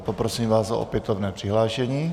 Poprosím vás o opětovné přihlášení.